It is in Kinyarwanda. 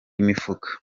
imifuka